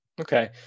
Okay